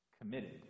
committed